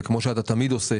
וכמו שאתה תמיד עושה,